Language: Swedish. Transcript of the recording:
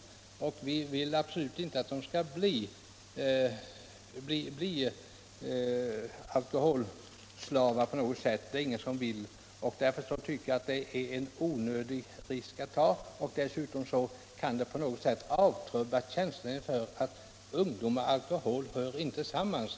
Självfallet vill ingen att våra ungdomar skall bli alkoholslavar. Därför tycker jag att det är en onödig risk med sådana här experiment. Dessutom kan försöken troligen avtrubba känslan för att ungdomar och alkohol inte hör ihop.